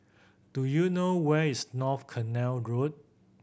do you know where is North Canal Road